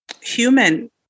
human